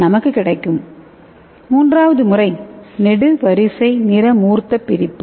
slide நேரத்தைப் பார்க்கவும் 0930 மூன்றாவது முறை நெடுவரிசை நிறமூர்த்தப் பிரிப்பு